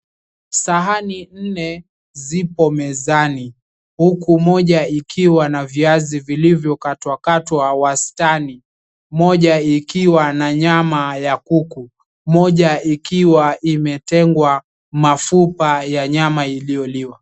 Sahani nne zipo mezani huku moja ikiwa na viazi vilivyokatwakatwa wastani, moja ikiwa na nyama ya kuku, moja ikiwa imetengwa mafupa ya nyama iliyoliwa.